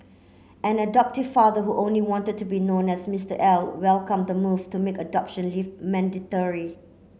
an adoptive father who only wanted to be known as Mr L welcomed the move to make adoption leave mandatory